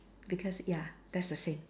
because ya that's the same